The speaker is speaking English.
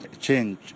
Change